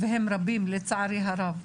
לצערי הרב,